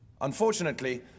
Unfortunately